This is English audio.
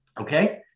okay